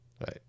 right